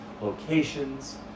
locations